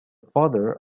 father